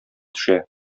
төшә